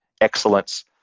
excellence